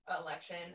election